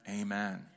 amen